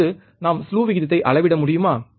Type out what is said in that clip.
அல்லது நாம் ஸ்லூ விகிதத்தை அளவிட முடியுமா